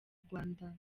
rwanda